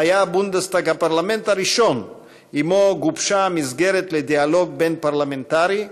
הבונדסטאג היה הפרלמנט הראשון שעמו גובשה מסגרת לדיאלוג בין-פרלמנטרי,